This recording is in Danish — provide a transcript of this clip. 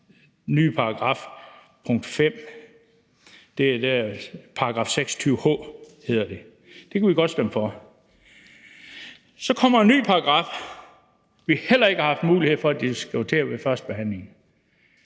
ændringsforslag nr. 5, vedrørende en ny § 26 h kan vi godt stemme for. Så kommer der en ny paragraf, vi heller ikke har haft mulighed for at diskutere ved førstebehandlingen,